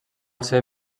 ser